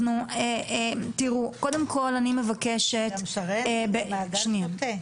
תראו, קודם כל אני מבקשת --- זה מעגל שוטה.